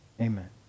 Amen